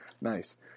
nice